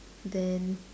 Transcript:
then